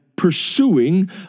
pursuing